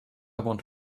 want